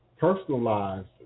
personalized